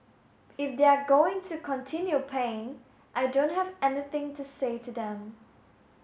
if they're going to continue paying I don't have anything to say to them